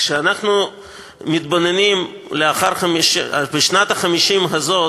כשאנחנו מתבוננים בשנת ה-50 הזאת,